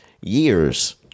years